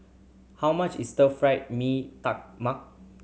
how much is Stir Fried Mee Tai Mak